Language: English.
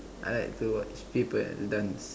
I like to watch people dance